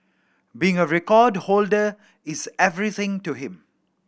being a record holder is everything to him